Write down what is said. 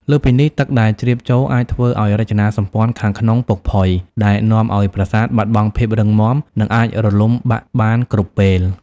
លើសពីនេះ ទឹកដែលជ្រាបចូលអាចធ្វើឱ្យរចនាសម្ព័ន្ធខាងក្នុងពុកផុយ ដែលនាំឱ្យប្រាសាទបាត់បង់ភាពរឹងមាំ និងអាចរលំបាក់បានគ្រប់ពេល។